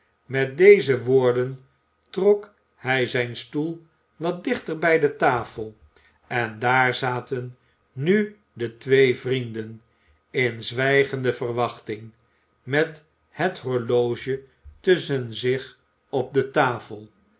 met deze woorden trok hij zijn stoel wat dichter bij de tafel en daar zaten nu de twee vrienden in zwijgende verwachting met het horloge tusschen zich op de tafel